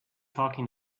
talking